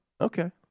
Okay